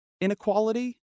inequality